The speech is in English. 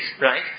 right